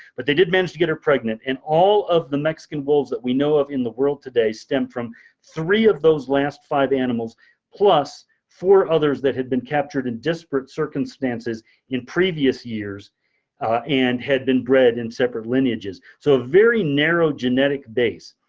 but they did manage to get her pregnant. and all of the mexican wolves that we know of in the world today stem from three of those last five animals plus four others that had been captured in desperate circumstances in previous years and had been bred in separate lineages. so a very narrow genetic base.